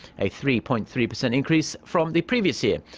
a three-point-three percent increase from the previous year.